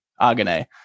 Agane